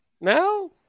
No